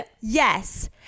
Yes